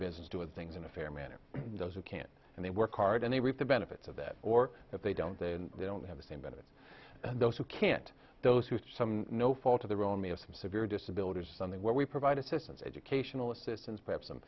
business doing things in a fair manner those who can't and they work hard and they reap the benefits of that or if they don't they don't have the same benefits and those who can't those who have some no fault of their own me of some severe disability or something where we provide assistance educational assistance perhaps some